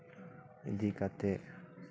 ᱤᱫᱤ ᱠᱟᱛᱮᱫ